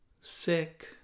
sick